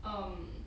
um